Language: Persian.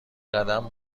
قدم